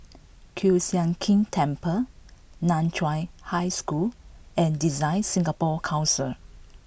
Kiew Sian King Temple Nan Chiau High School and DesignSingapore Council